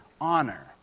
honor